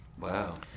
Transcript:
Wow